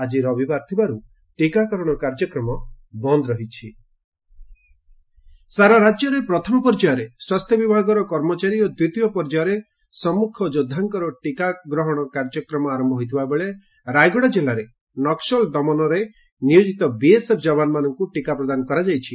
ଆକି ରବିବାର ଥିବାରୁ ଟିକାକରଣ କାର୍ଯ୍ୟକ୍ରମ ବନ୍ଦ ରହିଛି ଯବାନଙ୍କୁ ଟିକା ପ୍ରଦାନ ସାରା ରାଜ୍ୟରେ ପ୍ରଥମ ପର୍ଯ୍ୟାୟରେ ସ୍ୱାସ୍ଥ୍ୟ ବିଭାଗର କର୍ମଚାରୀ ଓ ଦ୍ୱିତୀୟ ପର୍ଯ୍ୟାୟରେ ସମ୍ମୁଖ ଯୋଦ୍ଧାଙ୍କର ଟିକା ଗ୍ରହଶ କାର୍ଯ୍ୟକ୍ରମ ଆର ହୋଇଥିବାବେଳେ ରାୟଗଡ଼ା କିଲ୍ଲାରେ ନକ୍କଲ ଦମନରେ ନିୟୋକିତ ବିଏସ୍ଏଫ୍ ଯବାନଙ୍କୁ ଟିକା ପ୍ରଦାନ କରାଯାଇଛି